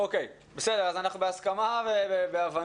אוקיי, אז אנחנו בהסכמה והבנה.